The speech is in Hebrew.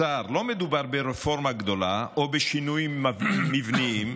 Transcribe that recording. השר, לא מדובר ברפורמה גדולה או בשינויים מבניים.